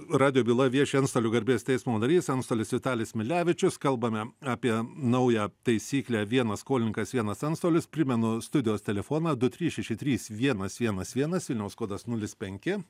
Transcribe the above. radijo byla vieši antstolių garbės teismo narys antstolis vitalis milevičius kalbame apie naują taisyklę vienas skolininkas vienas antstolis primenu studijos telefoną du trys šeši trys vienas vienas vienas vilniaus kodas nulis penki